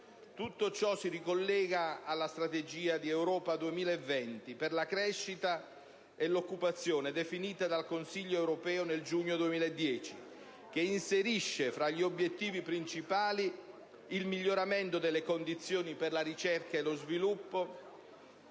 Tutto ciò si ricollega alla Strategia di Europa 2020 per la crescita e l'occupazione, definita dal Consiglio europeo nel giugno 2010, che inserisce tra gli obiettivi principali il miglioramento delle condizioni per la ricerca e lo sviluppo,